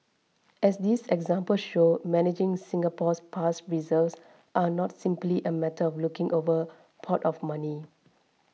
as these examples show managing Singapore's past reserves are not simply a matter of looking over pot of money